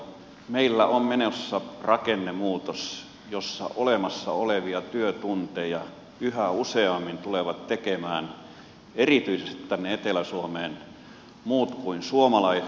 meillä on menossa rakennemuutos jossa olemassa olevia työtunteja yhä useammin tulevat tekemään erityisesti tänne etelä suomeen muut kuin suomalaiset